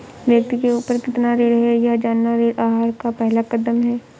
व्यक्ति के ऊपर कितना ऋण है यह जानना ऋण आहार का पहला कदम है